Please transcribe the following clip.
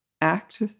act